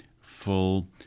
full